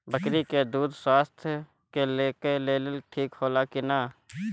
बकरी के दूध स्वास्थ्य के लेल ठीक होला कि ना?